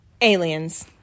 aliens